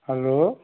hello